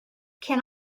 can